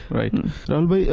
right